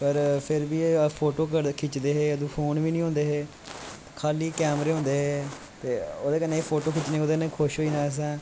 पर फिर बी अस फोटो खिच्चदे हे फोन बी नी होंदे हे खाली कैमरे होंदे हे ते ओह्दे कन्नै फोटो खिच्चने ओह्ॅदै नै खुश होई जाना असैं